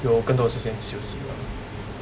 有更多时间休息 lah